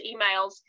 emails